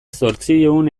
zortziehun